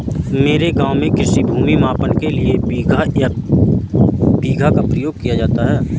मेरे गांव में कृषि भूमि मापन के लिए बिगहा या बीघा का प्रयोग किया जाता है